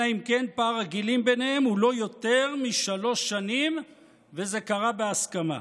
אלא אם כן פער הגילים ביניהם הוא לא יותר משלוש שנים וזה קרה בהסכמה.